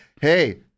hey